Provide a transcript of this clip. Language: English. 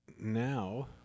now